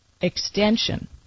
extension